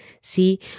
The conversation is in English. See